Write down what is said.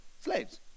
slaves